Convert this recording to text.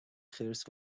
خرس